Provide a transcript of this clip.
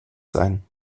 sein